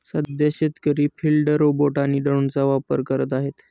सध्या शेतकरी field robot आणि ड्रोनचा वापर करत आहेत